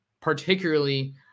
particularly